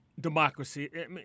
democracy